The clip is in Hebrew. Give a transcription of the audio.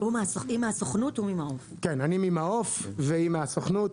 אני ממעוף והיא מהסוכנות.